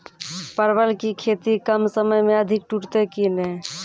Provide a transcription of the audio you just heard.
परवल की खेती कम समय मे अधिक टूटते की ने?